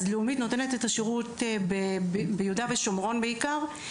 לאומית נותנת שירות בעיקר ביהודה ושומרון,